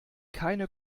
keine